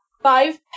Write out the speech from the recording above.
five